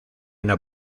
una